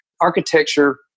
architecture